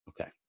Okay